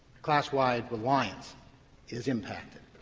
class-wide reliance is impacted.